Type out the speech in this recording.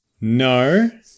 No